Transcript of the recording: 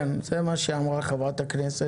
כן, זה מה שאמרה חברת הכנסת.